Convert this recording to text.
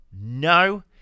No